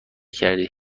کردی